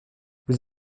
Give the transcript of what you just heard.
vous